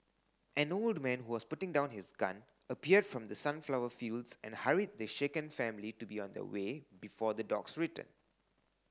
an old man who was putting down his gun appeared from the sunflower fields and hurried the shaken family to be on their way before the dogs return